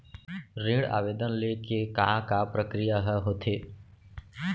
ऋण आवेदन ले के का का प्रक्रिया ह होथे?